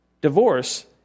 divorce